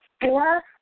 four